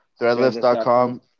Threadless.com